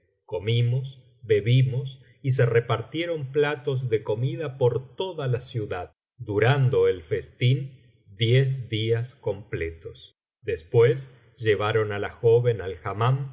comimos bebimos y se repartieron platos de comida por toda la ciudad durando el festín diez días completos después llevaron á la joven al